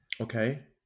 Okay